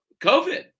COVID